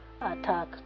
attack